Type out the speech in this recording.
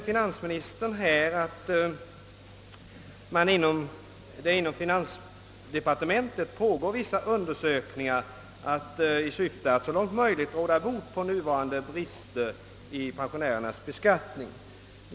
Finansministern sade att det pågår vissa undersökningar inom finansdepartementet i syfte att så långt möjligt råda bot på nuvarande brister i pensionärernas beskattning.